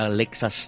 Alexa